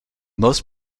most